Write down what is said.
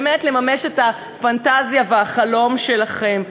באמת לממש את הפנטזיה והחלום שלכם,